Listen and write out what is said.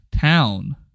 town